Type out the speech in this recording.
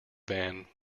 van